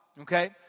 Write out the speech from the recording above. Okay